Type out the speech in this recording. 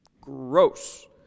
Gross